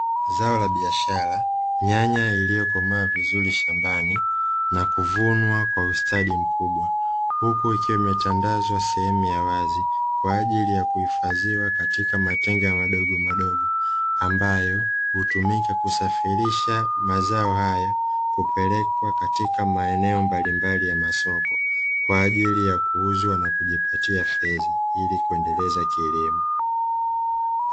Zao la biashara, nyanya iliyokomaa vizuri shambani na kuvunwa kwa ustadi mkubwa, huku ikiwa umetangazwa sehemu ya wazi kwa ajili ya kuhifadhiwa katika matenga madogo madogo, ambayo hutumika kusafirisha mazao hayo kupelekwa katika maeneo mbalimbali ya masoko kwa ajili ya kuuzwa na kujipatia fedha ili kuendeleza kilimo